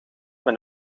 met